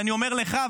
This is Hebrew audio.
ואני אומר לך,